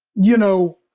you know,